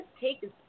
take